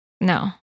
No